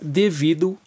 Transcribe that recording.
devido